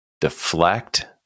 deflect